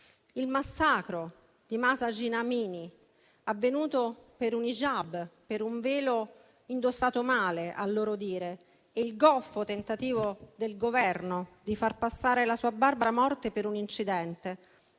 Il massacro di Mahsa Amini, avvenuto per un *hijab*, un velo, a loro dire indossato male, e il goffo tentativo del Governo di far passare la sua barbara morte per un incidente